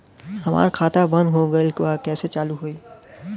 हमार खाता बंद हो गईल बा कैसे चालू होई?